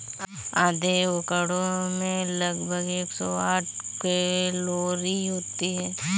आधे एवोकाडो में लगभग एक सौ साठ कैलोरी होती है